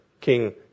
King